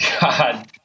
God